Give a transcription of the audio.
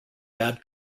bad